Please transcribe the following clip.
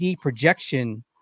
projection